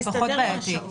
זה פחות בעייתי.